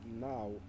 now